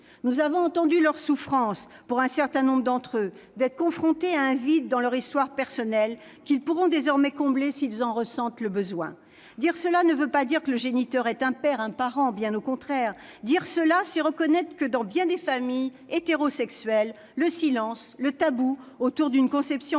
Nous avons entendu la souffrance qu'expriment un certain nombre d'entre eux d'être confrontés à un vide dans leur histoire personnelle. Ils pourront désormais le combler, s'ils en ressentent le besoin. Dire cela, ce n'est pas dire que le géniteur est un père, un parent. Bien au contraire ! Dire cela, c'est reconnaître que, dans bien des familles hétérosexuelles, le silence, le tabou autour d'une conception par